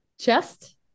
Chest